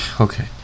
Okay